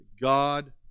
god